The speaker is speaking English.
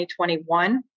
2021